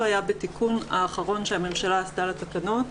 היה בתיקון האחרון שהממשלה עשתה לתקנות,